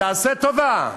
תעשה טובה,